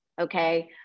Okay